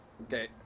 okay